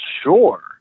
sure